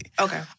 Okay